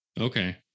Okay